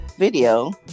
video